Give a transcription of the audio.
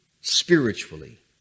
spiritually